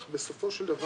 אך בסופו של דבר,